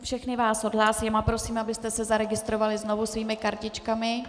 Všechny vás odhlásím a prosím, abyste se zaregistrovali znovu svými kartičkami.